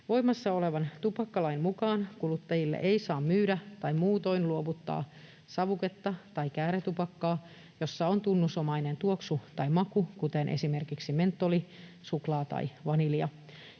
Voimassa olevan tupakkalain mukaan kuluttajille ei saa myydä tai muutoin luovuttaa savuketta tai kääretupakkaa, jossa on tunnusomainen tuoksu tai maku, kuten esimerkiksi mentoli, suklaa tai vanilja.